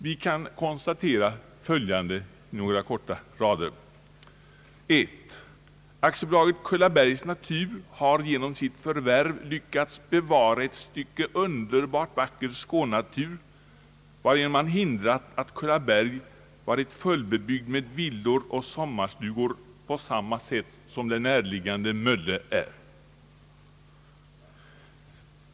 Vi kan konstatera följande: 1) AB Kullabergs natur har genom sitt förvärv lyckats bevara ett stycke underbart vacker skånenatur, varigenom man hindrat att Kullaberg varit fullbebyggd med villor och sommarstugor på samma sätt som det närliggande Mölle.